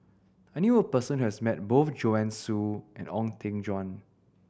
I knew a person who has met both Joanne Soo and Ong Eng Guan